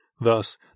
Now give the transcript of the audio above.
Thus